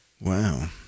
Wow